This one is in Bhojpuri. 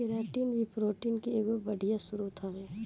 केराटिन भी प्रोटीन के एगो बढ़िया स्रोत हवे